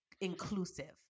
inclusive